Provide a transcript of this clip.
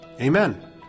Amen